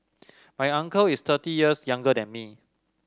my uncle is thirty years younger than me